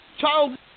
Child